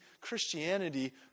Christianity